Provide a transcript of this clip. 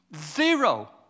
zero